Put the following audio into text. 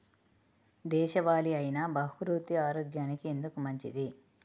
దేశవాలి అయినా బహ్రూతి ఆరోగ్యానికి ఎందుకు మంచిది?